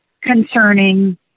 concerning